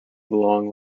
long